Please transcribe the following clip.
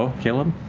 caleb?